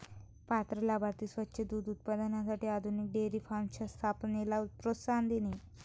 पात्र लाभार्थी स्वच्छ दूध उत्पादनासाठी आधुनिक डेअरी फार्मच्या स्थापनेला प्रोत्साहन देणे